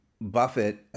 Buffett